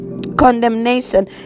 condemnation